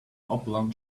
oblong